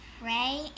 pray